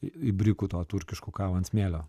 ibrikuto turkišką kavą ant smėlio